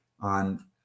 on